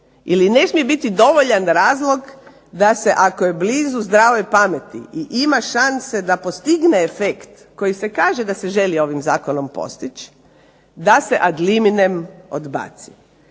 ili ne smije biti dovoljan razlog da se, ako je blizu zdrave pameti i ima šanse da postigne efekt koji se kaže da se želi ovim zakonom postići da se ad liminem odbaci.